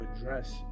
address